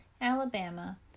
Alabama